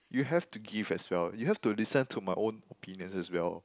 you have to give as well you have to listen to my own opinions as well